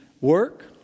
work